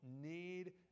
need